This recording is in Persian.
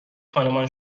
خانمان